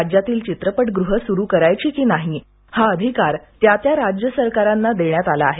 राज्यातील चित्रपटगृहं सुरू करायची की नाही हा अधिकार त्या त्या राज्य सरकारांना देण्यात आला आहे